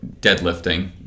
deadlifting